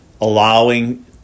Allowing